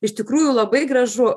iš tikrųjų labai gražu